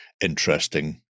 interesting